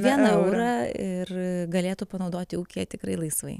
vieną eurą ir galėtų panaudoti ūkyje tikrai laisvai